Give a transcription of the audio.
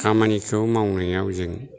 खामानिखौ मावनायाव जों